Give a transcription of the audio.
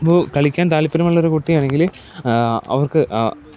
ഇപ്പോൾ കളിക്കാൻ താല്പര്യമുള്ള ഒരു കുട്ടി ആണെങ്കില് അവർക്ക്